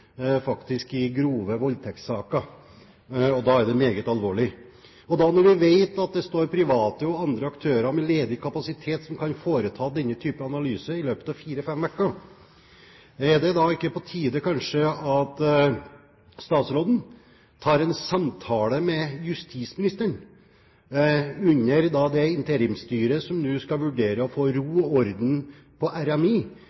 faktisk i grove voldtektssaker, og da er det meget alvorlig. Når vi vet at det står private og andre aktører med ledig kapasitet som kan foreta denne type analyse i løpet av fire–fem uker, er det ikke da kanskje på tide at statsråden tar en samtale med justisministeren under det interimsstyret som nå skal vurdere å få